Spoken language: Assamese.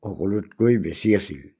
সকলোতকৈ বেছি আছিল